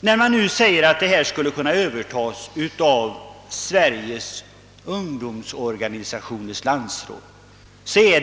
Det sägs nu att denna verksamhet skulie kunna övertas av Sveriges ungdomsorganisationers landsråd.